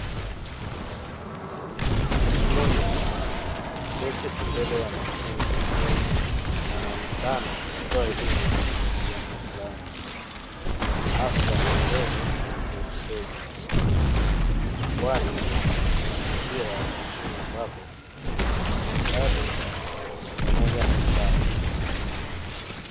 Mkufunzi aliyeketi mbele ya wanafunzi, anaonekana akitoa elimu ya jambo fulani haswa maelezo ya risechi. Kwani ni mazingira ya ofisini ambapo kuna vitabu pamoja na ubao.